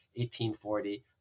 1840